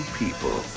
people